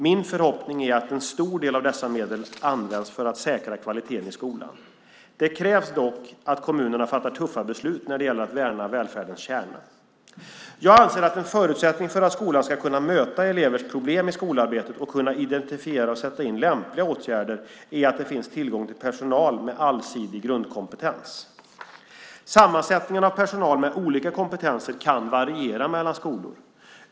Min förhoppning är att en stor del av dessa medel används för att säkra kvaliteten i skolan. Det krävs dock att kommunerna fattar tuffa beslut när det gäller att värna välfärdens kärna. Jag anser att en förutsättning för att skolan ska kunna möta elevers problem i skolarbetet och kunna identifiera och sätta in lämpliga åtgärder är att det finns tillgång till personal med allsidig grundkompetens. Sammansättningen av personal med olika kompetenser kan variera mellan skolor.